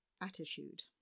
attitude